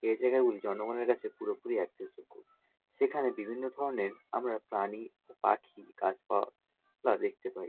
এই জায়গাগুলি জনগণের কাছে পুরোপুরি অ্যাকসেসযোগ্য সেখানে বিভিন্ন ধরনের আমরা প্রাণী ও পাখি গাছপালা দেখতে পাই